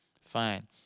fine